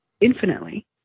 infinitely